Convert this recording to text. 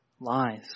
lies